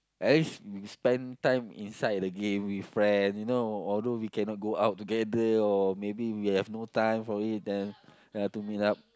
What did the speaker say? at least we spend time inside the game with friend you know although we cannot go out together or maybe we have no time for it then ya to meet up